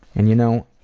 and you know,